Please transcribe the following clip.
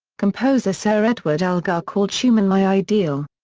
composer sir edward elgar called schumann my ideal.